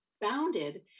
bounded